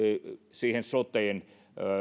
siihen soteen